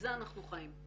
מזה אנחנו חיים.